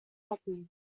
copy